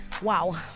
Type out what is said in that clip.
Wow